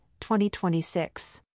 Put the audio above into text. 2026